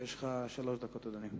יש לך שלוש דקות, אדוני.